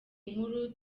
nkuru